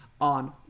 on